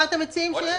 מה אתם מציעים שיהיה?